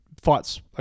fights